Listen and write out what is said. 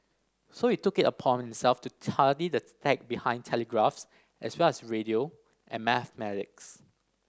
so he took it upon himself to study the tech behind telegraphs as well as radio and mathematics